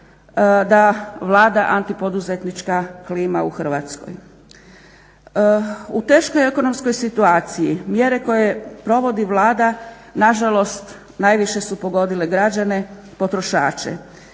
da vlada antipoduzetnička klima u Hrvatskoj. U teškoj ekonomskoj situaciji mjere koje provodi Vlada nažalost najviše su pogodile građane potrošače